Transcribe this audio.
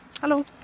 hello